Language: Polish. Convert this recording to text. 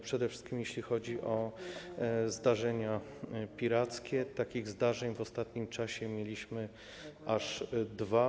Przede wszystkim, jeśli chodzi o zdarzenia pirackie, to takich zdarzeń w ostatnim czasie mieliśmy aż dwa.